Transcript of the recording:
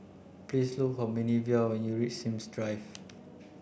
please look for Minervia when you reach Sims Drive